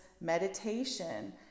meditation